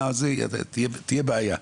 תהיה בעיה.